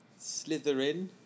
Slitherin